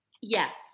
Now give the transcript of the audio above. yes